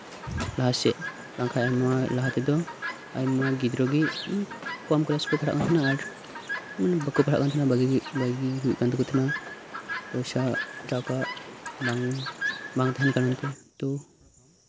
ᱟᱨ ᱪᱮᱫ ᱚᱱᱟ ᱠᱷᱚᱱ ᱞᱟᱦᱟ ᱛᱮᱫᱚ ᱟᱹᱰᱤ ᱨᱮᱜᱮ ᱠᱚᱢ ᱠᱞᱟᱥ ᱨᱮᱠᱚ ᱯᱟᱲᱦᱟᱜ ᱠᱟᱱ ᱛᱟᱦᱮᱸᱫᱼᱟ ᱟᱨ ᱵᱟᱠᱚ ᱯᱟᱲᱦᱟᱜ ᱠᱟᱱ ᱛᱟᱦᱮᱸᱫᱼᱟ ᱵᱟᱹᱜᱤ ᱦᱳᱭᱳᱜ ᱠᱟᱱ ᱛᱟᱸᱦᱮᱫᱼᱟ ᱯᱚᱭᱥᱟ ᱴᱟᱠᱟ ᱵᱟᱝ ᱛᱟᱦᱮᱱ ᱠᱟᱨᱚᱱᱛᱮ ᱛᱚ